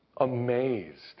amazed